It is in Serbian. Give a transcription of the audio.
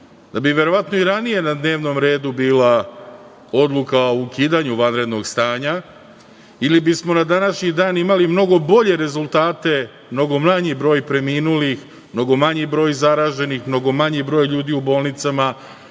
da bi verovatno i ranije na dnevnom redu bila Odluka o ukidanju vanrednog stanja ili bismo na današnji dan imali mnogo bolje rezultate, mnogo manji broj preminulih, mnogo manji broj zaraženih, mnogo manji broj ljudi u bolnicama